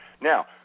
Now